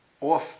off